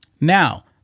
Now